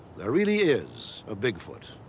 there really is a bigfoot.